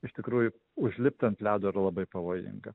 iš tikrųjų užlipti ant ledo yra labai pavojinga